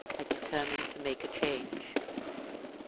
i determined to make a change.